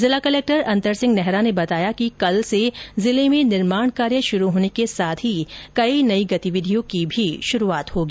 जिला कलेक्टर अन्तर सिंह नेहरा ने बताया कि कल से जिले में निर्माण कार्य शुरू होने के साथ ही कई नई गतिविधियों की भी शुरूआत होगी